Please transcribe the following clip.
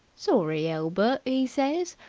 sorry, elbert e says,